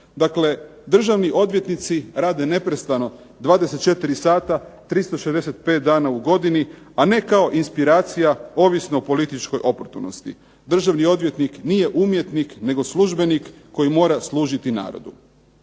Dakle, državni odvjetnici rade neprestano, 24 sata 365 dana u godini, a ne kao inspiracija ovisno o političkoj oportunosti. Državni odvjetnik nije umjetnik nego službenik koji mora služiti narodu.